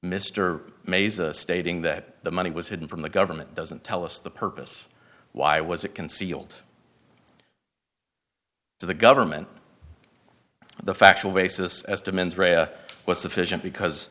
mr mayes stating that the money was hidden from the government doesn't tell us the purpose why was it concealed to the government the factual basis as to mens rea was sufficient because